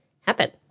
happen